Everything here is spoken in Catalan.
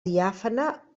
diàfana